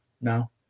No